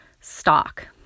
stock